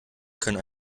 können